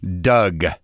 Doug